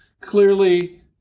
Clearly